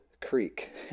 Creek